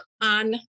on